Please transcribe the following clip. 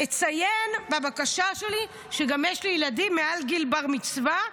אציין בבקשה שלי שגם יש לי ילדים מעל גיל בר מצווה,